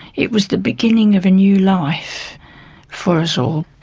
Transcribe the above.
it was the beginning of a new life for us all,